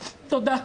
תודה.